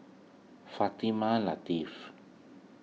Fatimah Lateef